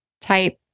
type